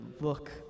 look